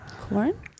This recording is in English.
corn